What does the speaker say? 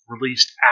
released